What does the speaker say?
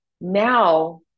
now